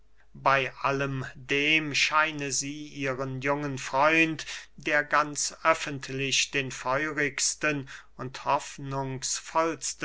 bey allem dem scheine sie ihren jungen freund der ganz öffentlich den feurigsten und